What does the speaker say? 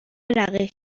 رقیق